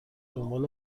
دنبال